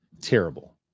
Terrible